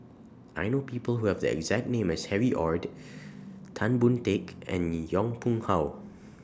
I know People Who Have The exact name as Harry ORD Tan Boon Teik and Yong Pung How